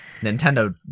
Nintendo